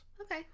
Okay